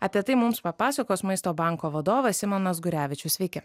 apie tai mums papasakos maisto banko vadovas simonas gurevičius sveiki